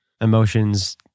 emotions